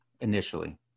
initially